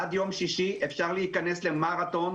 עד יום שישי, אפשר להיכנס למרתון.